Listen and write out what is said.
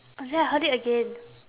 oh ya I heard it again